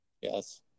yes